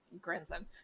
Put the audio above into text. grandson